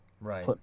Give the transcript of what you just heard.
Right